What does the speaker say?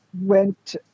went